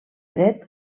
dret